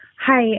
Hi